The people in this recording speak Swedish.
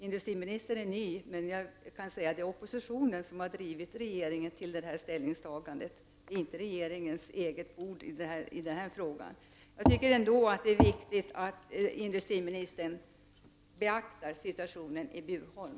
Industriministern är ny, men jag kan säga att det är oppositionen som har drivit regeringen till detta ställningstagande. Det är inte regeringens eget bord. Jag tycker ändå att det är viktigt att industriministern beaktar situationen i Bjurholm.